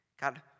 God